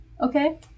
okay